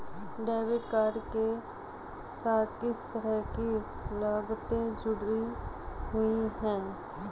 Debit card के साथ किस तरह की लागतें जुड़ी हुई हैं?